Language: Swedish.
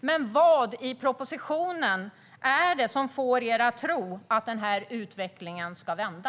Men vad i propositionen är det som får er att tro att den här utvecklingen ska vända?